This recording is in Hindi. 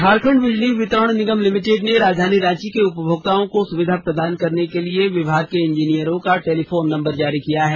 झारखंड बिजली वितरण निगम लिमिटेड ने राजधानी रांची के उपभोक्ताओं को सुविधा प्रदान करने के लिए विभाग के इंजीनियरों का टेलीफोन नम्बर जारी किया है